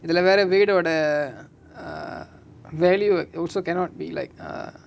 இதுல வேர வீடோட:ithula vera veedoda err value also cannot be like err